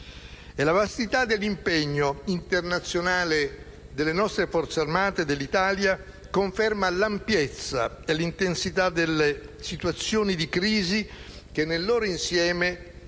la vastità dell'impegno internazionale delle Forze armate, dell'Italia conferma l'ampiezza e l'intensità delle situazioni di crisi che nel loro insieme